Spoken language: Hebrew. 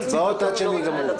הצבעות עד שהן ייגמרו.